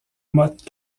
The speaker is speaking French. motte